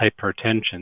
hypertension